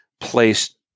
placed